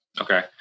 Okay